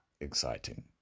exciting